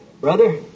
Brother